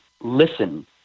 listen